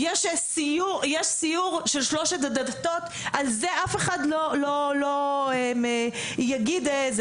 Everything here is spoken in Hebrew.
למשל הסיור של שלושת הדתות שעליו אף אחד לא יגיד דבר,